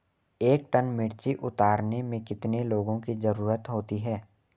एक टन मिर्ची उतारने में कितने लोगों की ज़रुरत होती है?